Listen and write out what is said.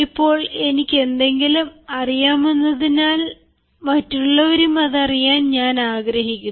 ഇപ്പോൾ എനിക്കെന്തെങ്കിലും അറിയാമെന്നതിനാൽ മറ്റുള്ളവരും അത് അറിയാൻ ഞാൻ ആഗ്രഹിക്കുന്നു